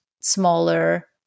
smaller